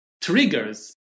triggers